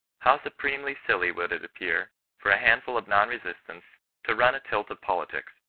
how supremely silly would it appear for a handful of non-resistants to run a tilt of politics,